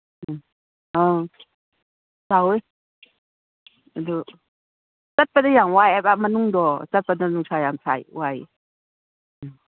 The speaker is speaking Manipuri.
ꯎꯝ ꯑꯥ ꯆꯥꯎꯋꯤ ꯑꯗꯨ ꯆꯠꯄꯗ ꯌꯥꯝ ꯋꯥꯏ ꯍꯥꯏꯕ ꯃꯅꯨꯡꯗꯣ ꯆꯠꯄꯗ ꯅꯨꯡꯁꯥ ꯌꯥꯝ ꯁꯥꯏ ꯋꯥꯏ ꯎꯝ